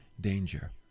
danger